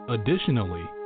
Additionally